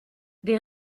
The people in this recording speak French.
des